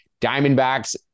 Diamondbacks